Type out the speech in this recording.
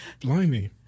blimey